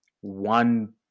one